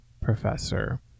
professor